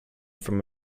from